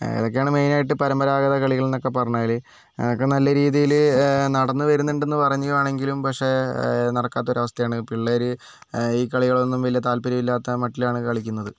ഇതൊക്കെയാണ് മെയിൻ ആയിട്ട് പരമ്പരാഗത കളികൾ എന്നൊക്കെ പറഞ്ഞാൽ അതൊക്കെ നല്ല രീതിയിൽ നടന്നുവരൂന്നുണ്ടെന്ന് പറയുവാണെങ്കിലും പക്ഷേ നടക്കാത്ത ഒരു അവസ്ഥയാണ് പിള്ളേർ ഈ കളികളൊന്നും വലിയ താല്പര്യമില്ലാത്ത മട്ടിലാണ് കളിക്കുന്നത്